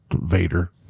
Vader